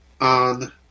on